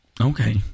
Okay